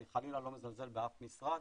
אני חלילה לא מזלזל באיפה משרד,